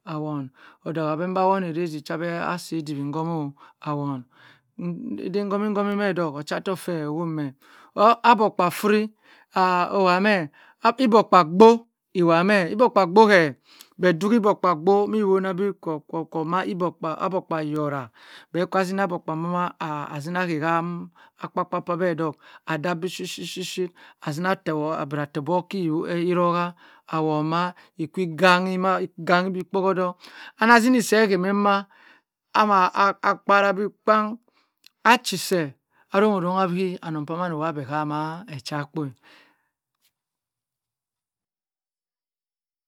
Awon odho amba si ediwi ngomo awon odey ngomi ngomi meh dh ochatok feer owo mphe agbokpa fri iwameh, igbokpa boo iwame heh bh duhi igbokpa boo mi wona bi kwo kwo ma igbokpa ma, akbogkpa iyora bhe kwa zini agbokpa huma a zina hey ham akpokpa meh dok adah bishi shi shi azina teword abira terbok kirogha awone mah iganhi ma iganhi bh kpohodok ana zini se ahe, ghe ma a chi se arongho rongha bi anong kwam wha bh hama echa kpo.